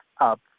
up